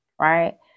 right